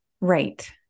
Right